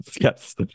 Yes